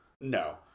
No